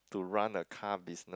to run a car business